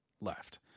left